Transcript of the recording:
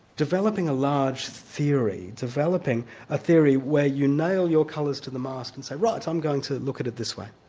developing a large theory, developing a theory where you nail your colours to the mast and say right, i'm going to look at it this way'